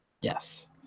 Yes